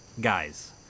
guys